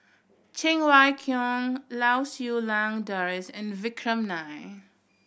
Cheng Wai Keung Lau Siew Lang Doris and Vikram Nair